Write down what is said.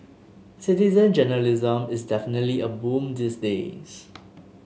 citizen journalism is definitely a boom these days